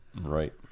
Right